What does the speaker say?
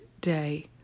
day